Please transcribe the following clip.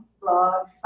Blog